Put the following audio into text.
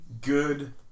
good